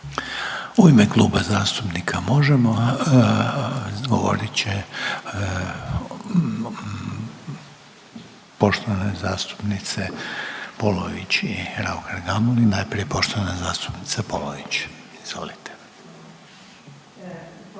U ime Kluba zastupnika Možemo govorit će poštovane zastupnici Polović i Raukar-Gamulin. Najprije poštovana zastupnica Polović, izvolite.